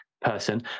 person